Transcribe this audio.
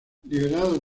liberado